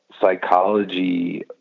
psychology